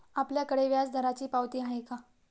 आपल्याकडे व्याजदराची पावती आहे का?